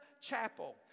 Chapel